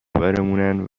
برمونن